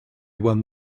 won